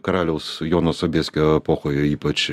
karaliaus jono sobieskio epochoje ypač